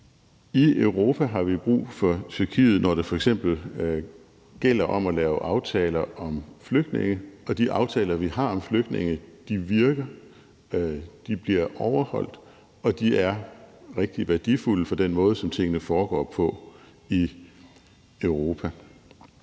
I Europa har vi brug for Tyrkiet, når det f.eks. gælder om at lave aftaler om flygtninge. De aftaler, vi har om flygtninge, virker, de bliver overholdt, og de er rigtig værdifulde for den måde, som tingene foregår på i Europa.